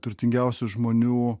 turtingiausių žmonių